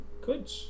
Good